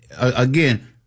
again